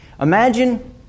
Imagine